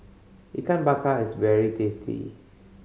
Ikan Bakar is very tasty